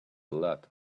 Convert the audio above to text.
lot